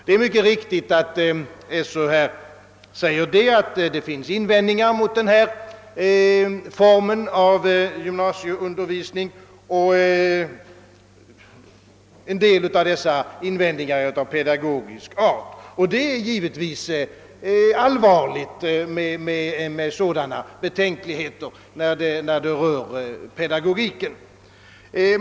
Det är alldeles riktigt, att Sö framhållit, att det kan göras invändningar mot denna form av gymnasieundervisning. En del av dessa invändningar gäller pedagogiken. Det är naturligtvis allvarligt, att det framkommit sådana betänkligheter beträffande pedagogiken.